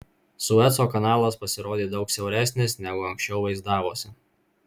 sueco kanalas pasirodė daug siauresnis negu anksčiau vaizdavosi